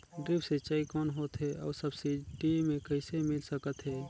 Drip सिंचाई कौन होथे अउ सब्सिडी मे कइसे मिल सकत हे?